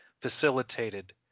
facilitated